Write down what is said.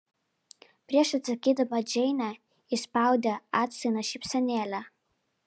prieš atsakydama džeinė išspaudė atsainią šypsenėlę